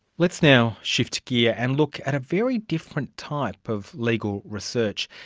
let's now shift gear and look at a very different type of legal research.